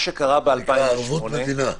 זה נקרא ערבות מדינה.